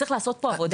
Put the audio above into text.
צריך לעשות פה עבודה.